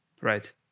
Right